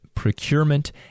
procurement